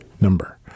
number